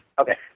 Okay